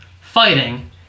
fighting